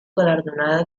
galardonada